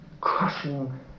crushing